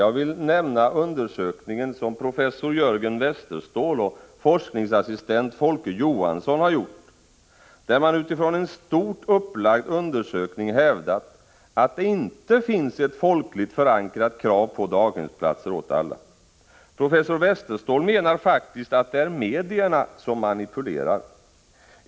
Jag vill nämna att professor Jörgen Westerståhl och forskningsassistent Folke Johansson utifrån en stort upplagd undersökning har hävdat att det inte finns ett folkligt förankrat krav på daghemsplatser åt alla. Professor Westerståhl menar faktiskt att det är medierna som manipulerar.